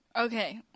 okay